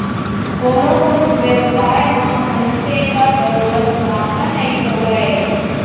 कोनो कोनो बेवसाय म मनसे ल बरोबर मुनाफा नइ होवय